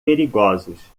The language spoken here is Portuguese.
perigosos